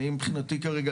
אני מבחינתי כרגע,